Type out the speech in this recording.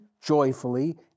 joyfully